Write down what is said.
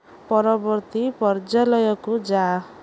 ପରବର୍ତ୍ତୀ ପର୍ଯ୍ୟାୟକୁ ଯା